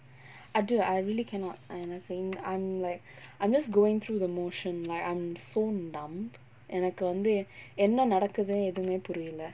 அது:athu I really cannot எனக்கு:enakku I'm like I'm just going through the motions like I'm so numb எனக்கு வந்து என்ன நடக்குது எதுமே புரியல்ல:enakku vanthu enna nadakkuthu ethumae puriyalla